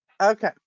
Okay